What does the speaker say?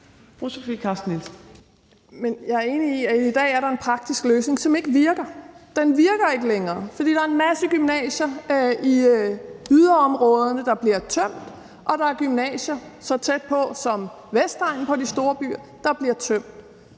Jeg er enig i, at der i dag er en praktisk løsning, som ikke virker – den virker ikke længere, fordi der er en masse gymnasier i yderområderne, der bliver tømt, og der er gymnasier så tæt på de store byer, der bliver tømt,